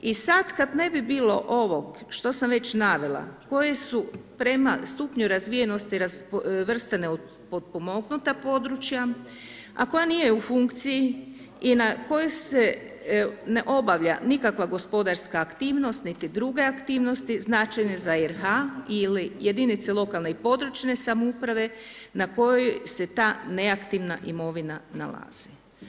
I sad kad ne bi bilo ovog što sam već navela koje su prema stupnju razvijenosti vrste potpomognuta područja, a koja nije u funkciji i na kojoj se ne obavlja nikakva gospodarska aktivnost niti druge aktivnosti značajne za RH ili jedinice lokalne i područne samouprave, na kojoj se ta neaktivna imovina nalazi.